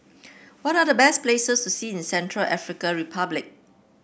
what are the best places to see in Central African Republic